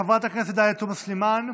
חברת הכנסת עאידה תומא סלימאן,